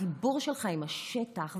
החיבור שלך עם השטח,